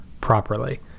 properly